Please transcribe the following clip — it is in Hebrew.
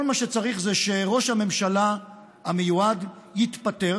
כל מה שצריך זה שראש הממשלה המיועד יתפטר,